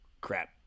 crap